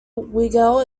weigel